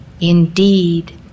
indeed